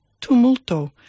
tumulto